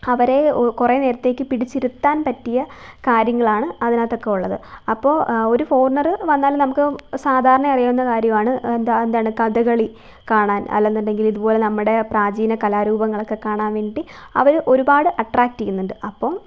അവരെ കുറേ നേരത്തേക്ക് പിടിച്ചിരുത്താൻ പറ്റിയ കാര്യങ്ങളാണ് അതിനകത്തൊക്കെ ഉള്ളത് അപ്പോള് ഒരു ഫോറിനര് വന്നാൽ നമുക്ക് സാധാരണ അറിയുന്ന കാര്യമാണ് എന്താണ് എന്താണ് കഥകളി കാണാൻ അല്ലാന്നുണ്ടെങ്കില് ഇതുപോലെ നമ്മുടെ പ്രാചീന കലാരൂപങ്ങളൊക്കെ കാണാൻ വേണ്ടി അവര് ഒരുപാട് അട്രാക്റ്റെയ്യുന്നുണ്ട് അപ്പോള്